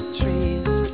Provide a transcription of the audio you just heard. trees